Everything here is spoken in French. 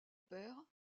père